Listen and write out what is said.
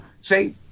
say